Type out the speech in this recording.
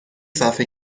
صفحه